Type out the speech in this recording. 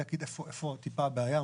אני רק אגיד איפה טיפה הבעיה.